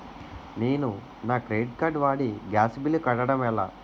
నేను నా credit card వాడి గ్యాస్ బిల్లు కట్టడం ఎలా?